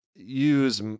Use